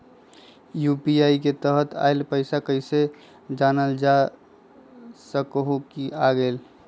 UPI के तहत आइल पैसा कईसे जानल जा सकहु की आ गेल?